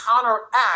counteract